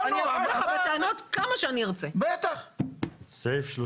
בטח שאני